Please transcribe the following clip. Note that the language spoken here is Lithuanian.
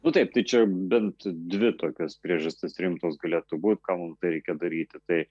nu taip tai čia bent dvi tokios priežastys rimtos galėtų būt kam mumtai reikia daryti tai